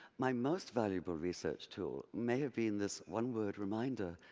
my most valuable research tool may have been this one word reminder,